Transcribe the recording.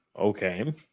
Okay